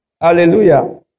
Hallelujah